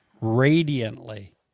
radiantly